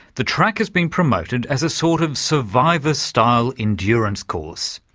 the track has been promoted as a sort of survivor-style endurance course.